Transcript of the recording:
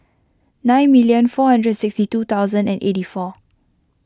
nine million four hundred sixty two thousand and eighty four